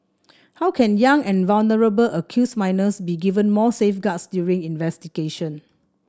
how can young and vulnerable accused minors be given more safeguards during investigation